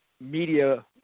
media